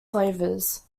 flavors